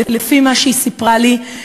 לפי מה שהיא סיפרה לי,